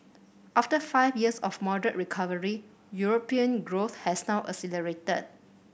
after five years of moderate recovery European growth has now accelerated